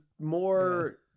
more